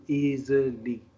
easily